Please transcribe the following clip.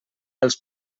els